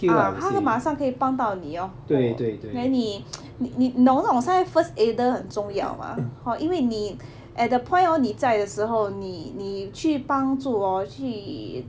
ah 他会马上可以帮到你 orh then 你 你懂不懂现在 first aider 很重要吗 hor 因为你 at the point hor 你在的时候你你去帮助 hor 去